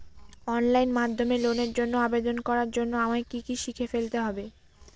Online মাধ্যমে লোনের জন্য আবেদন করার জন্য আমায় কি কি শিখে ফেলতে হবে?